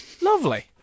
lovely